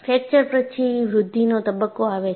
fracture પછી વૃદ્ધિનો તબક્કો આવે છે